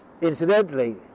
Incidentally